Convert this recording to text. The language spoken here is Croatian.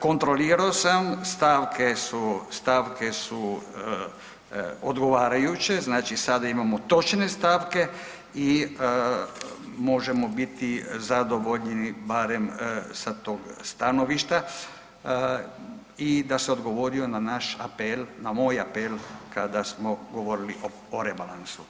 Kontrolirao sam, stavke su, stavke su odgovarajuće, znači sada imamo točne stavke i možemo biti zadovoljni barem sa tog stanovišta i da se odgovorio na naš apel, na moj apel kada smo govorili o rebalansu.